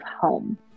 home